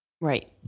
Right